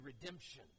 redemption